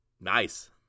Nice